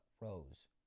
Rose